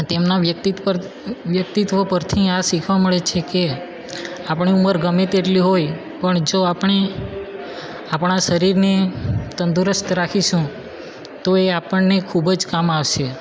તેમના વ્યક્તિત્વ પરથી આ શીખવા મળે છે કે આપણી ઉમર ગમે તેટલી હોય પણ જો આપણે આપણાં શરીરને તંદુરસ્ત રાખીશું તો એ આપણને ખૂબ જ કામ આવશે